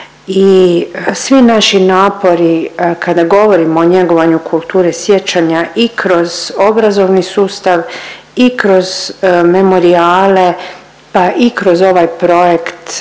svi naši napori, kada govorimo o njegovanju kulture sjećanja i kroz obrazovni sustav i kroz memorijale, pa i kroz ovaj projekt,